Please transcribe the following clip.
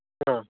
आं